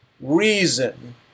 reason